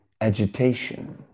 agitation